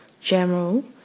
general